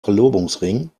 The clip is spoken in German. verlobungsring